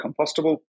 compostable